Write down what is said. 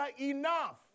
enough